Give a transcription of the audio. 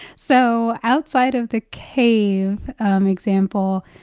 so outside of the cave um example,